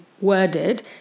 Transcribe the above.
worded